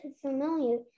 familiar